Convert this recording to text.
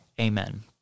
amen